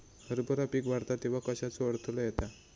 हरभरा पीक वाढता तेव्हा कश्याचो अडथलो येता?